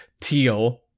teal